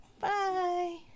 Bye